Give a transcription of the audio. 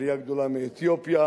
עלייה גדולה מאתיופיה,